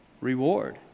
reward